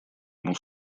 ему